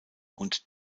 und